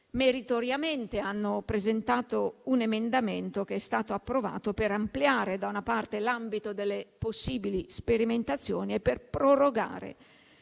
meritoriamente hanno presentato un emendamento, che è stato approvato, per ampliare, da una parte, l'ambito delle possibili sperimentazioni e per prorogare